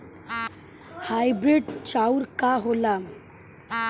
Hybrid चाउर का होला?